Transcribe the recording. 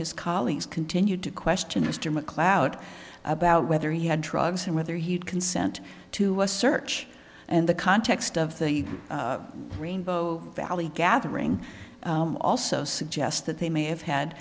his colleagues continued to question mr macleod about whether he had drugs or whether he had consent to a search and the context of the rainbow valley gathering also suggests that they may have had